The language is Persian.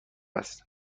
است